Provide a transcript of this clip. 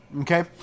okay